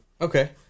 Okay